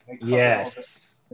Yes